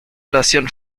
oración